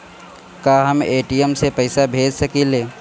का हम ए.टी.एम से पइसा भेज सकी ले?